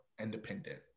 independent